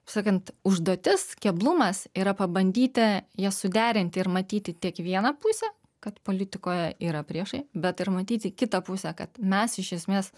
taip sakant užduotis keblumas yra pabandyti jas suderinti ir matyti tiek vieną pusę kad politikoje yra priešai bet ir matyti kitą pusę kad mes iš esmės